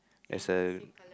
there's a